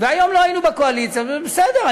והיום לא היינו בקואליציה, בסדר.